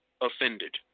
offended